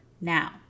now